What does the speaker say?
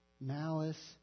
Malice